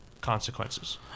consequences